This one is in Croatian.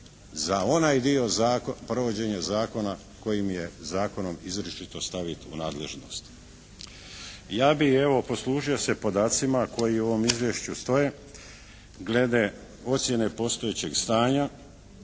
za onaj dio provođenja zakona kojim je zakonom izričito stavit u nadležnost. Ja bih evo poslužio se podacima koji u ovom izvješću stoje glede ocjene postojećeg stanja